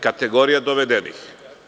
Kategorija dovedenih.